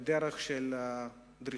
בדרך של דרישה,